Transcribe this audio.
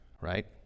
right